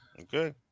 Okay